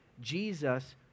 Jesus